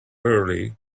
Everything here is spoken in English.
early